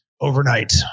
overnight